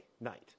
night